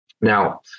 Now